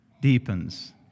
deepens